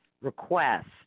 request